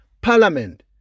Parliament